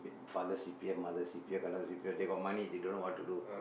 father C_P_F mother C_P_F கண்டவன்:kandavan C_P_F they got money they don't know what to do